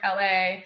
LA